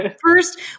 first